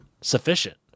sufficient